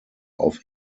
auf